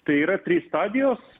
tai yra trys stadijos